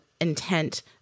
intent